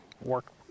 work